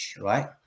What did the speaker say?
right